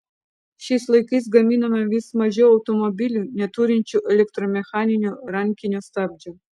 šiais laikais gaminama vis mažiau automobilių neturinčių elektromechaninio rankinio stabdžio